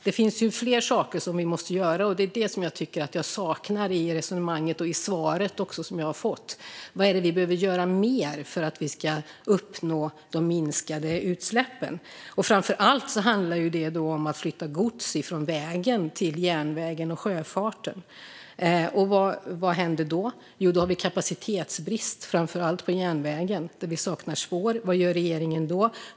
Det finns fler saker som vi måste göra, och det är det jag tycker att jag saknar i resonemanget och i det svar som jag har fått. Vad är det vi behöver göra mer för att vi ska åstadkomma de minskade utsläppen? Framför allt handlar det om att flytta gods från vägen till järnvägen och sjöfarten. Och vad händer då? Då har vi kapacitetsbrist på framför allt järnvägen, där vi saknar spår. Vad gör regeringen då?